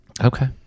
Okay